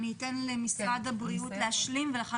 אני אתן למשרד הבריאות להשלים ולאחר